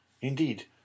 Indeed